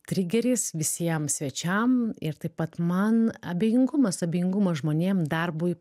trigeris visiem svečiam ir taip pat man abejingumas abejingumas žmonėm darbui